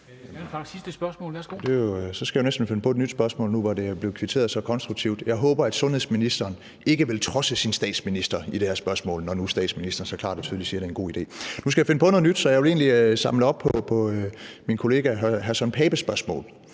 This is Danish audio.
Alex Vanopslagh (LA): Så skal jeg jo næsten finde på et nyt spørgsmål nu, hvor der blev kvitteret så konstruktivt. Jeg håber, at sundhedsministeren ikke vil trodse sin statsminister i det her spørgsmål, når nu statsministeren så klart og tydeligt siger, at det er en god idé. Nu skal jeg finde på noget nyt. Så jeg vil egentlig samle op på min kollega hr. Søren Papes spørgsmål